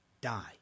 die